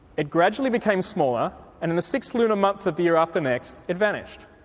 it gradually became smaller and in the sixth lunar month of the year after next it vanished.